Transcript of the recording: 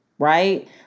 right